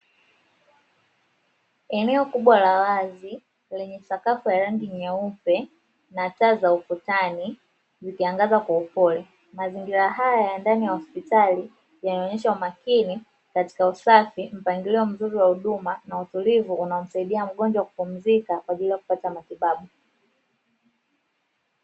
Eneo kubwa la wazi lenye sakafu ya rangi nyeupe na taa za ukutani zikiangaza kwa upole mazingira haya ndani ya hospitali yanaonyesha umakini katika usafi mpangilio mzuri wa huduma na utulivu unaomsaidia mgonjwa kupumzika kwa ajili ya kupata matibabu.